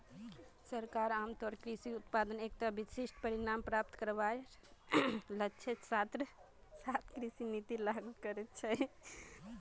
सरकार आमतौरेर कृषि उत्पादत एकता विशिष्ट परिणाम प्राप्त करवार लक्ष्येर साथ कृषि नीतिर लागू कर छेक